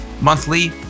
monthly